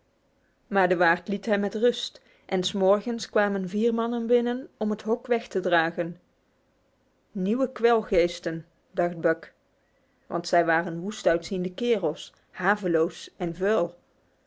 maar de waard liet hem met rust en s morgens kwamen vier mannen binnen om het hok weg te dragen nieuwe kwelgeesten dacht buck want zij waren woest uitziende kerels haveloos en vuil